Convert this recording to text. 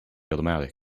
automatic